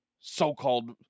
so-called